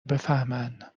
بفهمن